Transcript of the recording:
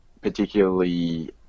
particularly